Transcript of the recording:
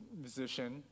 musician